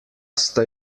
sta